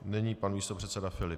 Nyní pan místopředseda Filip.